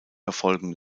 verfolgen